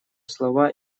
слова